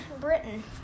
Britain